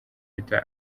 peter